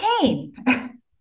pain